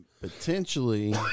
potentially